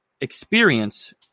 experience